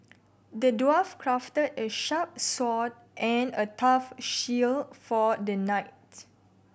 the dwarf crafted a sharp sword and a tough shield for the knight